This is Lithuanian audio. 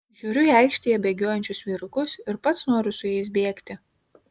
žiūriu į aikštėje bėgiojančius vyrukus ir pats noriu su jais bėgti